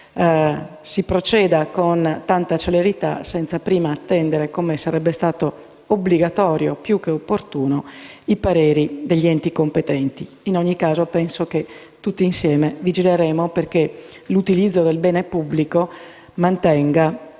si proceda con tanta celerità, senza prima attendere, come sarebbe stato obbligatorio e più che opportuno, i pareri degli enti competenti. Vigileremo comunque perché l'utilizzo del bene pubblico mantenga